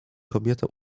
kobieta